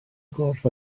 gorff